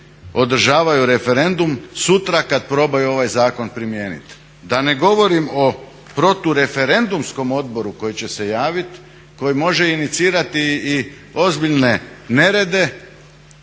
održavaju referendum sutra kad probaju ovaj zakon primijeniti, da ne govorim o protureferendumskom odboru koji će se javit, koji može inicirati i ozbiljne nerede.